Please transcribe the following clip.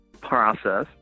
process